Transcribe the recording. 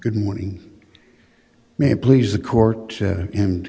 good morning may please the court and